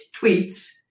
tweets